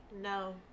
No